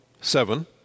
Seven